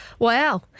wow